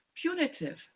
punitive